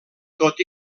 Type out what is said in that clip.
tot